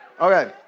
Okay